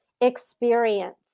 experience